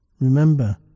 Remember